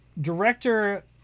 director